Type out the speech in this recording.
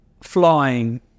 Flying